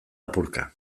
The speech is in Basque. apurka